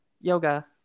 Yoga